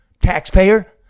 Taxpayer